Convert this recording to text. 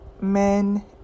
men